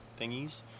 thingies